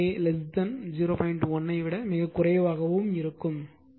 1 ஐ விட மிகக் குறைவாகவும் இருக்கும்